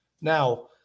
Now